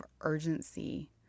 urgency